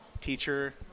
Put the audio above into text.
Teacher